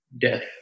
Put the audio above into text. death